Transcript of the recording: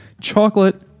Chocolate